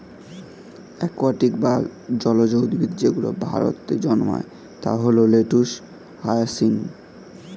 aquatic বা জলজ উদ্ভিদ যেগুলো ভারতে জন্মায় তা হল লেটুস, হায়াসিন্থ